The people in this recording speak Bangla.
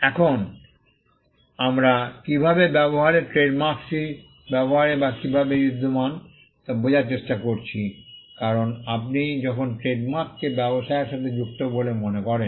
এখন আমরা কীভাবে ব্যবহারের ট্রেড মার্কসটি ব্যবহারে বা কীভাবে বিদ্যমান তা বোঝার চেষ্টা করেছি কারণ আপনি যখন ট্রেড মার্ককে ব্যবসায়ের সাথে যুক্ত বলে মনে করেন